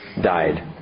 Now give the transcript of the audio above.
died